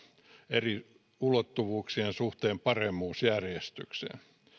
eri ulottuvuuksien suhteen paremmuusjärjestykseen